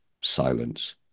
silence